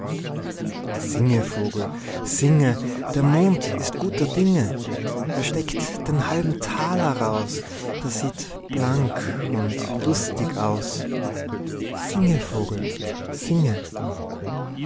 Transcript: vogel singe der mond ist guter dinge er steckt den halben taler raus das sieht blank und lustig aus singe